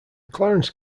clarence